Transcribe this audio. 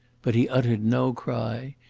but he uttered no cry.